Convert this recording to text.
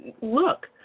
look